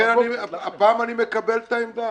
הפעם אני מקבל את העמדה.